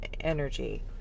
energy